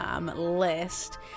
list